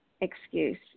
excuse